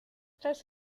tras